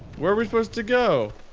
where are we suppose to go?